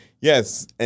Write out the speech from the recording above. yes